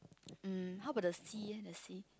um how about the sea eh the sea